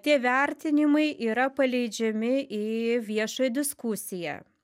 tie vertinimai yra paleidžiami į viešą diskusiją